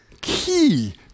key